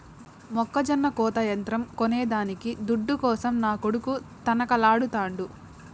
మొక్కజొన్న కోత యంత్రం కొనేదానికి దుడ్డు కోసం నా కొడుకు తనకలాడుతాండు